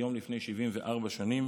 היום לפני 74 שנים